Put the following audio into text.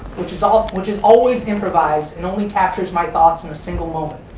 which is ah which is always improvised and only captures my thoughts in a single moment.